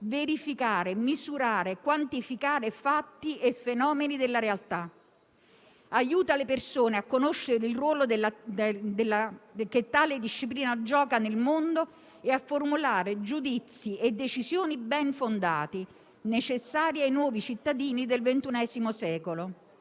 verificare, misurare e quantificare fatti e fenomeni della realtà. Aiuta le persone a conoscere il ruolo che tale disciplina gioca nel mondo e a formulare giudizi e decisioni ben fondati, necessari ai nuovi cittadini del XXI secolo.